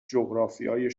جغرافیای